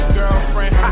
girlfriend